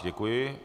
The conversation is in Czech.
Děkuji.